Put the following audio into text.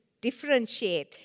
differentiate